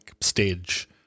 stage